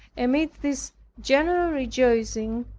amid this general rejoicing,